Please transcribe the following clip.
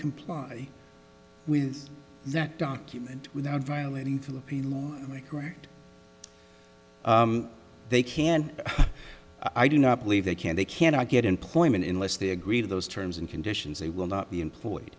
comply with that document without violating philippine correct they can i do not believe they can they cannot get employment in less they agree to those terms and conditions they will not be